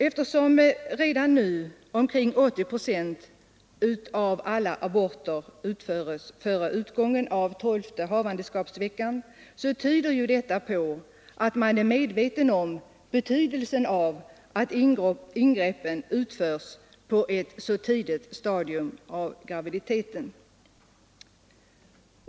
Eftersom redan nu omkring 80 procent av alla aborter utförs före utgången av tolfte havandeskapsveckan, tyder detta på att kvinnorna är medvetna om betydelsen av att ingreppen utförs på ett tidigt stadium i graviditeten.